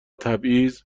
تبعیض